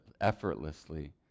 effortlessly